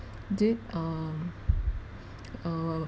did um err